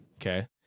okay